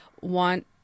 want